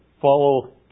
follow